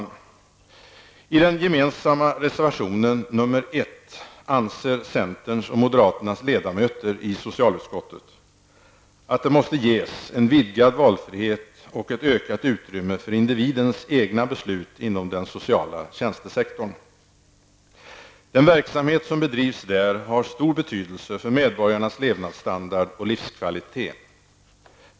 I den för centern och moderaterna gemensamma reservationen nr 1 anser centerns och moderaternas ledamöter i socialutskotet att det måste ges en vidgad valfrihet och ett ökat utrymme för individens egna beslut inom den sociala tjänstesektorn. Den verksamhet som bedrivs där har stor betydelse för medborgarnas levnadsstandard och livskvalitet.